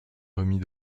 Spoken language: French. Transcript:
remis